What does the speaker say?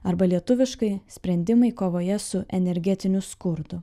arba lietuviškai sprendimai kovoje su energetiniu skurdu